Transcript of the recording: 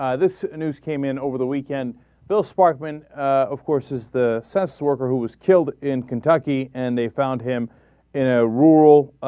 ah this news came in over the weekend bill sparkling of course is the sas worker who was killed in kentucky and they found him and ah rule